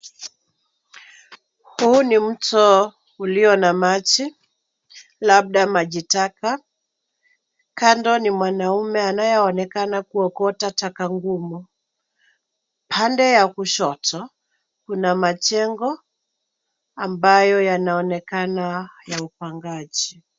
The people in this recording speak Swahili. Huu ni mto ulio na maji labda maji taka kando ni mwanamme anayeonekana kuokota taka ngumu pande ya kushoto kuna majengo ambayo yanaonekana ya upangaji.